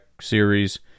series